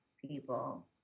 people